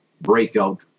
breakout